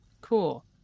Cool